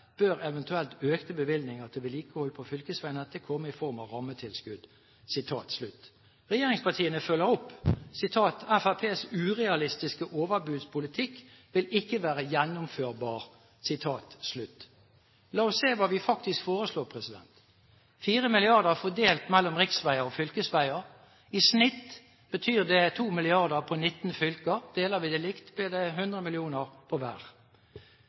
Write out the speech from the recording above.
bør eventuelle økte bevilgninger til vedlikehold på fylkesveg nettet komme i form av rammetilskudd.» Regjeringspartiene følger opp: Fremskrittspartiets urealistiske overbudspolitikk vil ikke være gjennomførbar. La oss se hva vi faktisk foreslår: 4 mrd. kr fordelt mellom riksveier og fylkesveier. I snitt betyr det 2 mrd. kr på 19 fylker. Deler vi det likt, blir det 100 mill. kr på